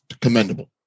commendable